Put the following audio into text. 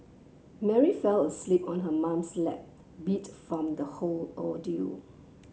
Mary fell asleep on her mom's lap beat from the whole ordeal